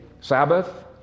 Sabbath